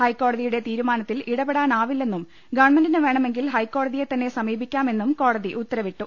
ഹൈക്കോടതിയുടെ തീരുമാനത്തിൽ ഇടപെടാനാവി ല്ലെന്നും ഗവൺമെന്റിന് വേണമെങ്കിൽ ഹൈക്കോട തിയെ തന്നെ സമീപിക്കാമെന്നും കോടതി ഉത്തരവിട്ടു